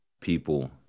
people